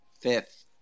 Fifth